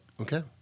Okay